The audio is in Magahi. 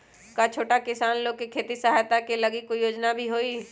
का छोटा किसान लोग के खेती सहायता के लगी कोई योजना भी हई?